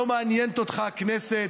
לא מעניינת אותך הכנסת,